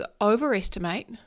overestimate